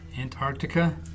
Antarctica